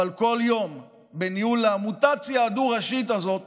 אבל כל יום בניהול המוטציה הדו-ראשית הזאת